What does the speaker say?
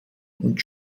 und